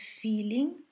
feeling